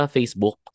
Facebook